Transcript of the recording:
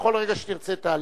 בכל רגע שתרצה תעלה.